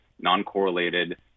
non-correlated